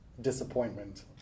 disappointment